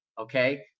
okay